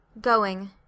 Going